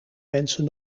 mensen